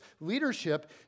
leadership